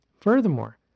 Furthermore